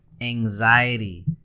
anxiety